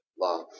Love